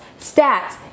stats